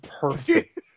perfect